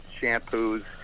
shampoos